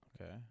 Okay